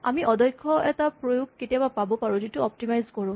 আমি অদক্ষ এটা প্ৰয়োগ কেতিয়াবা পাব পাৰোঁ যিটো অপ্টিমাইজ কৰোঁ